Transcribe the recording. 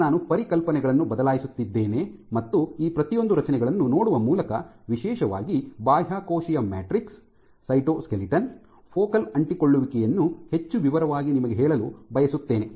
ಈಗ ನಾನು ಪರಿಕಲ್ಪನೆಗಳನ್ನು ಬದಲಾಯಿಸುತ್ತಿದ್ದೇನೆ ಮತ್ತು ಈ ಪ್ರತಿಯೊಂದು ರಚನೆಗಳನ್ನು ನೋಡುವ ಮೂಲಕ ವಿಶೇಷವಾಗಿ ಬಾಹ್ಯಕೋಶೀಯ ಮ್ಯಾಟ್ರಿಕ್ಸ್ ಸೈಟೋಸ್ಕೆಲಿಟನ್ ಫೋಕಲ್ ಅಂಟಿಕೊಳ್ಳುವಿಕೆಯನ್ನು ಹೆಚ್ಚು ವಿವರವಾಗಿ ನಿಮಗೆ ಹೇಳಲು ಬಯಸುತ್ತೇನೆ